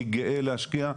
אני גרה להשקיע,